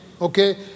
Okay